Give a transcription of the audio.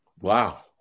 wow